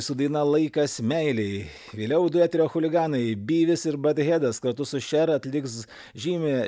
su daina laikas meilei vėliau du eterio chuliganai byvis ir buthedas kartu su šer atliks žymią